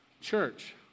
church